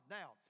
now